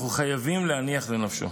אנחנו חייבים להניח לו לנפשו.